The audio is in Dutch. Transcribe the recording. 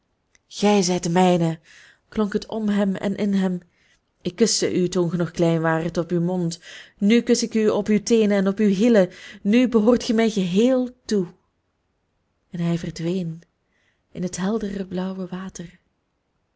gij zijt de mijne klonk het om hem en in hem ik kuste u toen ge nog klein waart op uw mond nu kus ik u op uw teenen en op uw hielen nu behoort ge mij geheel toe en hij verdween in het heldere blauwe water